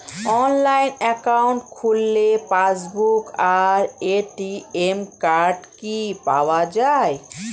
Online account খুললে passbook আর ATM card কি পাওয়া যায়?